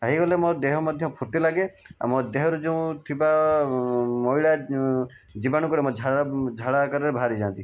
ହୋଇଗଲେ ମୋର ଦେହ ମଧ୍ୟ ଫୁର୍ତ୍ତି ଲାଗେ ଆଉ ମୋ ଦେହରେ ଯେଉଁ ଥିବା ମଇଳା ଜୀବାଣୁ ଗୁଡ଼ା ମୋ ଝାଳ ଝାଳ ଆକାରରେ ବାହାରି ଯାଆନ୍ତି